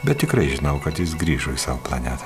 bet tikrai žinau kad jis grįžo į savo planetą